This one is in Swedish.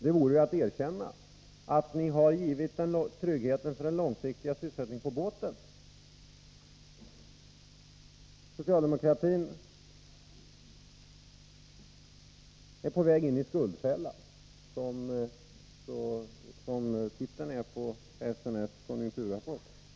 Det vore ju att erkänna att ni har givit tryggheten när det gäller den långsiktiga sysselsättningen på båten. Socialdemokratin är på väg in i skuldfällan, som titeln är på SNS konjunkturrapport.